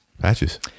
Patches